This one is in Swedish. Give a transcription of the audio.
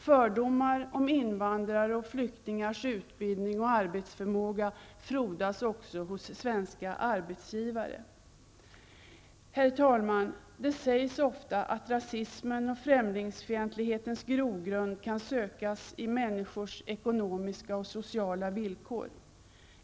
Fördomar om invandrare och flyktingars utbildning och arbetsförmåga frodas också hos svenska arbetsgivare. Herr talman! Det sägs ofta att rasismens och främlingsfientlighetens grogrund kan sökas i människors ekonomiska och sociala villkor.